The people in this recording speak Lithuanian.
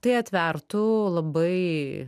tai atvertų labai